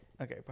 Okay